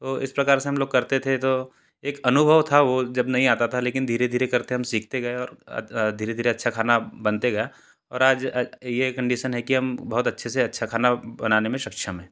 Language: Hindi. तो इस प्रकार से हम लोग करते थे तो एक अनुभव था वह जब नहीं आता था लेकिन धीरे धीरे करते हम सीखते गए और धीरे धीरे अच्छा खाना बनते गया और आज यह कंडीसन है कि हम बहुत अच्छे से अच्छा खाना बनाने में सक्षम हैं